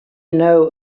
know